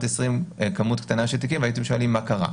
2020 כמות קטנה של תיקים והייתם שואלים מה קרה.